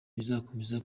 bizakomeza